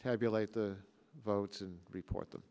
tabulate the votes and report them